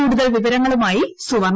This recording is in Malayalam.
കൂടുതൽ വിവരങ്ങളുമായി സുവർണ